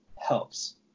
helps